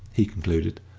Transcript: he concluded,